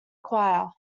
choir